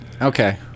Okay